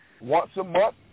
once-a-month